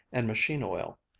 and machine-oil.